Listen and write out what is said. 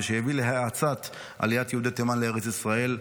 ושהביא להאצת עליית יהודי תימן לארץ ישראל,